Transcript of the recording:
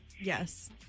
Yes